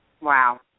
Wow